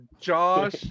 josh